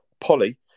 Polly